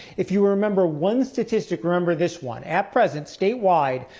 if you remember one statistic, remember this one at present, statewide,